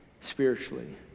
spiritually